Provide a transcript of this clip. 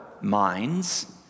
minds